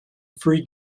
free